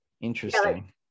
interesting